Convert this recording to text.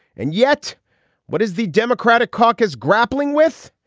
and yet what is the democratic caucus grappling with.